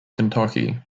kentucky